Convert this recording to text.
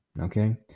okay